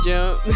Jump